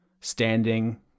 standing